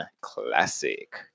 Classic